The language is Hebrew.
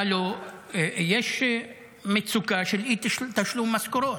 יש מצוקה של אי-תשלום משכורות,